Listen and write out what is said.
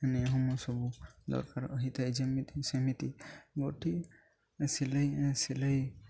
ନିୟମ ସବୁ ଦରକାର ହୋଇଥାଏ ଯେମିତି ସେମିତି ଗୋଟିଏ ସିଲେଇ ସିଲେଇ